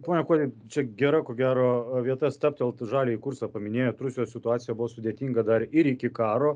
pone kuodi čia gera ko gero vieta stabtelt žaliąjį kursą paminėjot rusijos situacija buvo sudėtinga dar ir iki karo